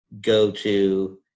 go-to